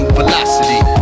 velocity